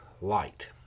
light